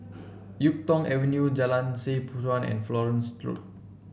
YuK Tong Avenue Jalan Seh Chuan and Florence Road